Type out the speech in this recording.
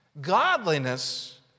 Godliness